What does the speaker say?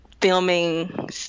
filming